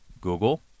Google